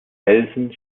felsen